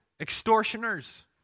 Extortioners